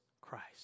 Christ